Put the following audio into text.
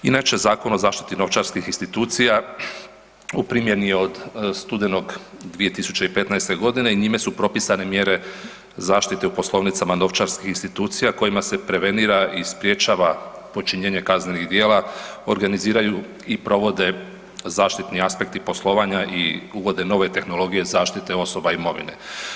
Inače, Zakon o zaštiti novčarskih institucija u primjeni je od studenog 2015. g. i njime su propisane mjere zaštite u poslovnicama novčarskih institucija kojima se prevenira i sprječava počinjenje kaznenih djela, organiziraju i provede zaštitni aspekti poslovanja i uvode nove tehnologije zaštite osoba i imovine.